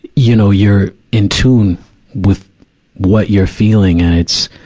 you know, you're in tune with what you're feeling, and it's,